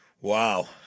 Wow